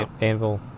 Anvil